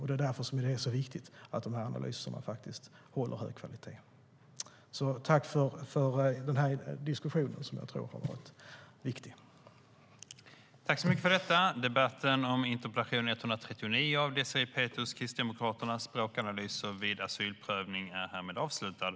Det är därför det är så viktigt att analyserna håller en hög kvalitet. Överläggningen var härmed avslutad.